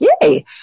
yay